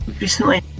recently